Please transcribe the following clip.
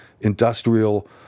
industrial